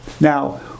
Now